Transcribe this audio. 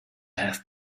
have